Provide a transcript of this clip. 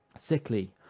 sickly,